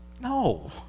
No